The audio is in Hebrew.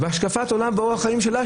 בהתאם להשקפת עולם ובהתאם לאורח חיים שלה,